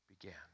began